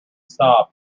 stop